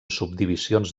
subdivisions